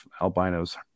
albinos